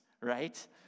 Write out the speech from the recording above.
right